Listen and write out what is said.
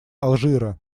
алжира